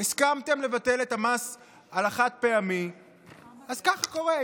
לבטל את המס על החד-פעמי, אז כך קורה.